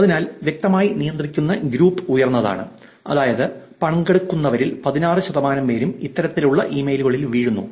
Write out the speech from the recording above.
അതിനാൽ വ്യക്തമായി നിയന്ത്രിക്കുന്ന ഗ്രൂപ്പ് ഉയർന്നതാണ് അതായത് പങ്കെടുക്കുന്നവരിൽ 16 ശതമാനം പേരും ഇത്തരത്തിലുള്ള ഇമെയിലുകളിൽ വീഴുന്നു